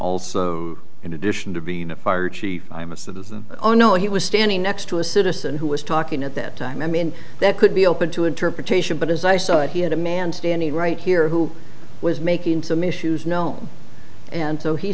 also in addition to being a fire chief oh no he was standing next to a citizen who was talking at that time i mean that could be open to interpretation but as i saw it he had a man standing right here who was making to me shoes known and so he